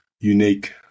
unique